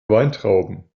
weintrauben